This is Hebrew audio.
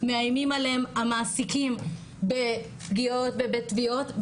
מאיימים עליהם המעסיקים בפגיעות ובתביעות,